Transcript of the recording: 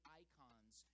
icons